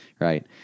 right